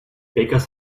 bakers